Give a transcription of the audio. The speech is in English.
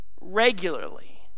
regularly